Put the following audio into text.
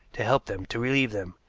to help them, to relieve them?